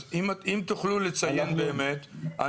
אז אם תוכלו לציין באמת,